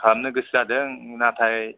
खालामनो गोसो जादों नाथाय